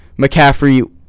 McCaffrey